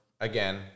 again